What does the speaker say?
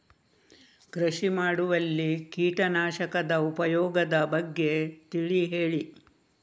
ಕೃಷಿ ಮಾಡುವಲ್ಲಿ ಕೀಟನಾಶಕದ ಉಪಯೋಗದ ಬಗ್ಗೆ ತಿಳಿ ಹೇಳಿ